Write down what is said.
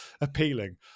appealing